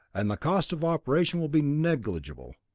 and the cost of operation will be negligible.